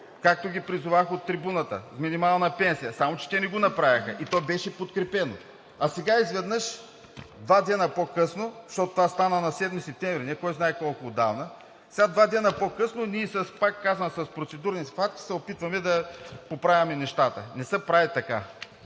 както ги призовах от трибуната. Само че те не го направиха и то беше подкрепено. А сега изведнъж, два дни по-късно, защото това стана на 7 септември – не е кой знае колко отдавна, сега два дни по-късно, пак казвам, с процедурни хватки се опитваме да поправим нещата. Не се прави така!